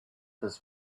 was